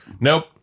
nope